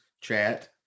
chat